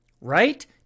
right